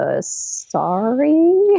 sorry